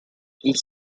ils